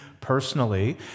personally